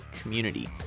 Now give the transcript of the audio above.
community